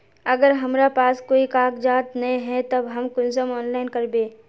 अगर हमरा पास कोई कागजात नय है तब हम कुंसम ऑनलाइन करबे?